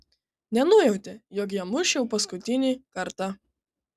nenujautė jog ją muš jau paskutinį kartą